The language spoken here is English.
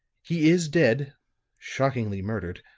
he is dead shockingly murdered.